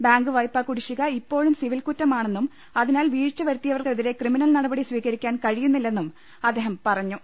bank വായ്പ കുടിശ്ശിക ഇപ്പോഴും സിവിൽ കുറ്റമാണെന്നും അതിനാൽ വീഴ്ച വരുത്തുന്നവർക്കെതിരെ ക്രിമിനൽ നടപടി സ്വീകരി കഴിയു ന്നി ല്ലെന്നും ക്കാൻ അദ്ദേഹം പറഞ്ഞു